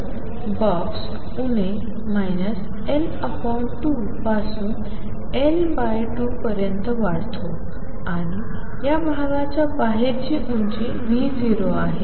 तर बॉक्स उणे L2 पासून L2पर्यंत वाढतो आणि या भागाच्या बाहेरची उंची V0आहे